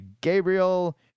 Gabriel